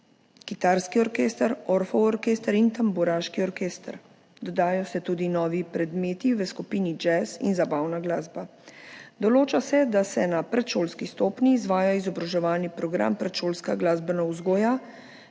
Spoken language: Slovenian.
kitarski orkester, Orffov orkester in tamburaški orkester. Dodajajo se tudi novi predmeti v skupini jazz in zabavna glasba. Določa se, da se na predšolski stopnji izvaja izobraževalni program predšolska glasbena vzgoja,